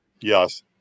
yes